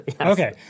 Okay